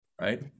right